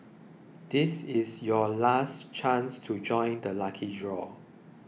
this is your last chance to join the lucky draw